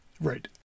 Right